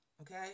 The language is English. okay